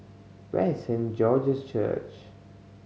where is Saint George's Church